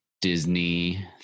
Disney